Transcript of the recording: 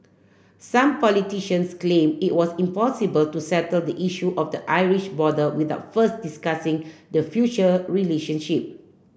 some politicians complained it was impossible to settle the issue of the Irish border without first discussing the future relationship